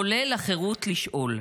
כולל החירות לשאול.